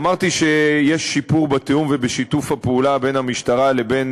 אמרתי שיש שיפור בתיאום ובשיתוף הפעולה בין המשטרה לבין